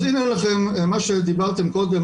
אז הנה לכם מה שדיברתם קודם,